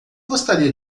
gostaria